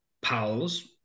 Pals